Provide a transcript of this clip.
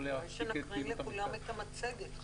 אתם